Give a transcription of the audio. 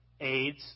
AIDS